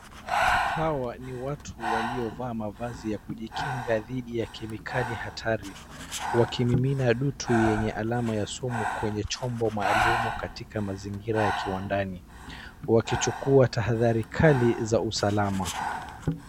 Hawa ni watu waliovaa mavazi ya kujikinga dhidi ya kemikali hatari, wakimimina dutu yenye alama ya sumu kwenye chombo maalumu katika mazingira ya kiwandani, wakichukua tahadhari kali za usalama.